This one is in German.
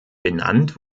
benannt